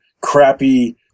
crappy